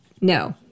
no